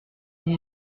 dix